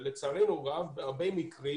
לצערנו הרב בהרבה מקרים,